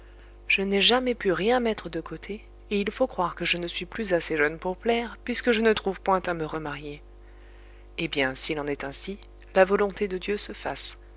je n'ai jamais pu rien mettre de côté et il faut croire que je ne suis plus assez jeune pour plaire puisque je ne trouve point à me remarier eh bien s'il en est ainsi la volonté de dieu se fasse